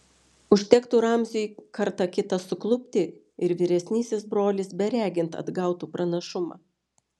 užtektų ramziui kartą kitą suklupti ir vyresnysis brolis beregint atgautų pranašumą